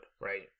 right